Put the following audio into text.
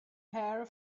hair